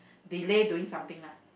delay doing something lah